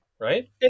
right